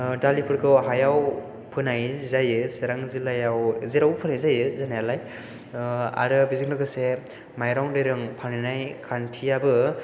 दालिफोरखौ हायाव फोनाय जायो सिरां जिललायाव जेरावबो फोनाय जायो जानायालाय आरो बेजों लोगोसे माइरं दैरं फाननाय खान्थियाबो